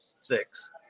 six